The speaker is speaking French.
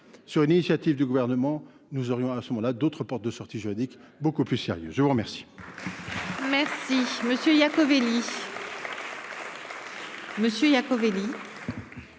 sur une initiative du gouvernement, nous aurions à ce moment-là d'autre porte de sortie juridique beaucoup plus sérieux, je vous remercie.